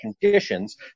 conditions